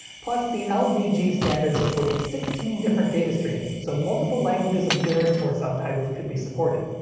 plus, the ld-g standard supported sixteen different data streams, so multiple languages of lyrics or subtitles could be supported.